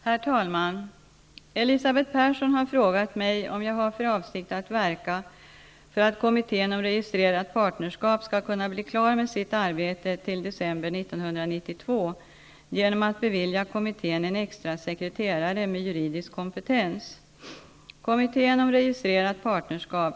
Herr talman! Elisabeth Persson har frågat mig om jag har för avsikt att verka för att kommittén om registrerat partnerskap skall kunna bli klar med sitt arbete till december 1992 genom att bevilja kommittén en extra sekreterare med juridisk kompetens.